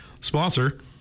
sponsor